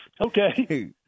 Okay